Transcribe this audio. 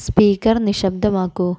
speaker നിശബ്ദമാക്കൂ